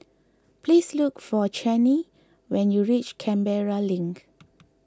please look for Chanie when you reach Canberra Link